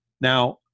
Now